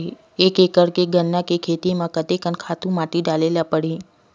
एक एकड़ गन्ना के खेती म कते कन खातु माटी डाले ल पड़ही?